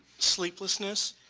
sleeplessness,